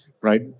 right